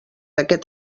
aquest